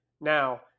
Now